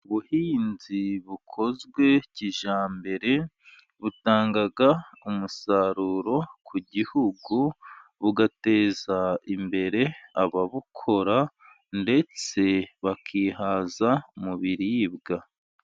Ubuhinzi bukozwe kijyambere butanga umusaruro ku gihugu, bugateza imbere ababukora ndetse bakihaza mu biribwa.